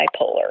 bipolar